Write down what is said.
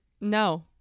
no